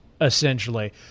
essentially